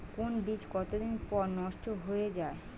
কোন বীজ কতদিন পর নষ্ট হয়ে য়ায়?